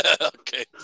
Okay